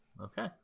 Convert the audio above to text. Okay